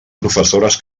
professores